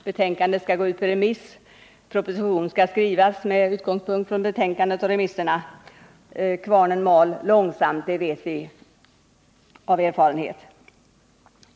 Betänkandet skall sedan gå ut på remiss, och proposition skall skrivas med utgångspunkt i betänkandet och remissvaren. Kvarnen mal långsamt — det vet vi av erfarenhet.